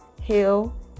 heal